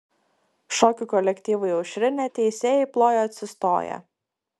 šokių kolektyvui aušrinė teisėjai plojo atsistoję